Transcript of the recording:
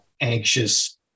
anxious